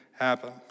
happen